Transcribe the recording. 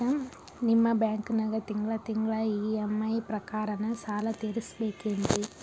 ನಿಮ್ಮ ಬ್ಯಾಂಕನಾಗ ತಿಂಗಳ ತಿಂಗಳ ಇ.ಎಂ.ಐ ಪ್ರಕಾರನ ಸಾಲ ತೀರಿಸಬೇಕೆನ್ರೀ?